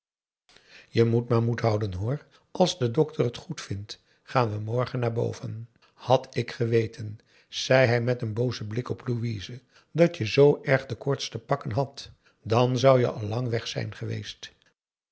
je moet maar moed houden hoor als de dokter het goed vindt gaan we morgen naar boven had ik geweten zei hij met een boozen blik op louise dat je z erg de koorts te pakken had dan zou je al lang weg zijn geweest